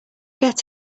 get